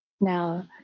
Now